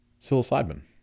psilocybin